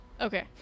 Okay